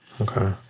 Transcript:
okay